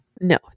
No